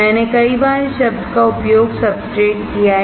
मैंने कई बार इस शब्द का उपयोग सब्सट्रेट किया है